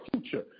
future